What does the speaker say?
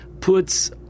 puts